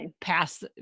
pass